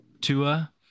Tua